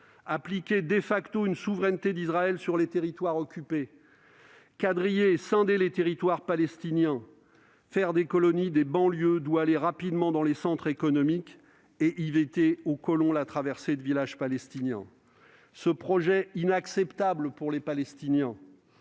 appliquer une souveraineté d'Israël sur les territoires occupés, quadriller et scinder les territoires palestiniens, faire des colonies des banlieues d'où aller rapidement dans les centres économiques, et éviter aux colons la traversée de villages palestiniens. Ce projet, inacceptable pour les Palestiniens,